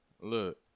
look